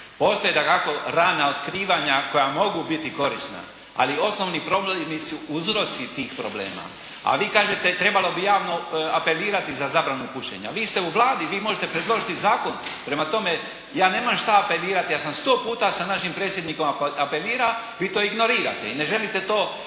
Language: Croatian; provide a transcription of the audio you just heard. Postoje dakako rana otkrivanja koja mogu biti korisna ali osnovni problemi su uzroci tih problema. A vi kažete trebalo bi javno apelirati za zabranu pušenja. Vi ste u Vladi, vi možete predložiti zakon. Prema tome, ja nemam šta apelirati, ja sam sto puta sa našim predsjednikom apelirao. Vi to ignorirate i ne želite to